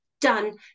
done